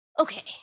Okay